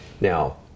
Now